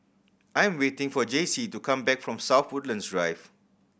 I am waiting for Jayce to come back from South Woodlands Drive